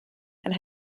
and